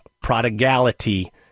prodigality